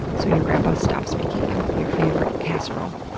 so your grandpa stops making you your favorite casserole.